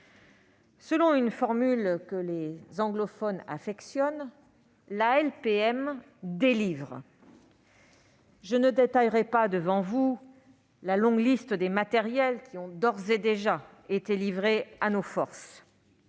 une formule que les anglophones affectionnent, la LPM « délivre ». Je ne détaillerai pas devant vous la longue liste des matériels qui ont d'ores et déjà été livrés à nos forces.